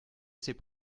ces